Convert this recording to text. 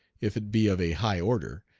if it be of a high order,